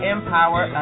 Empower